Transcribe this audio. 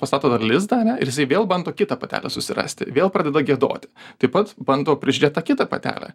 pastato dar lizdą ane ir jisai vėl bando kitą patelę susirasti vėl pradeda giedoti taip pat bando prižiūrėt tą kitą patelę